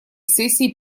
сессии